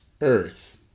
earth